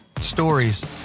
Stories